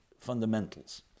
fundamentals